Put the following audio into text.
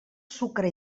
sucre